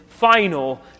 Final